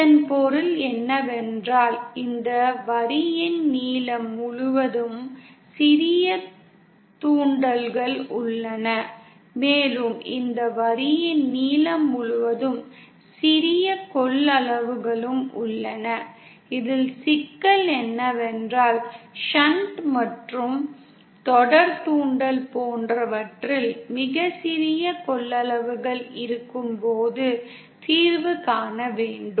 இதன் பொருள் என்னவென்றால் இந்த வரியின் நீளம் முழுவதும் சிறிய தூண்டல்கள் உள்ளன மேலும் இந்த வரியின் நீளம் முழுவதும் சிறிய கொள்ளளவுகளும் உள்ளன இதில் சிக்கல் என்னவென்றால் ஷன்ட் மற்றும் தொடர் தூண்டல் போன்றவற்றில் மிகச் சிறிய கொள்ளளவுகள் இருக்கும்போது தீர்வு காண வேண்டும்